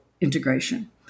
integration